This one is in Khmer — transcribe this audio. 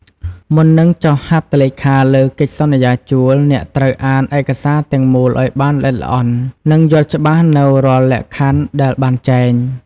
មុននឹងចុះហត្ថលេខាលើកិច្ចសន្យាជួល អ្នកត្រូវអានឯកសារទាំងមូលឱ្យបានល្អិតល្អន់ និងយល់ច្បាស់នូវរាល់លក្ខខណ្ឌដែលបានចែង។